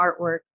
artwork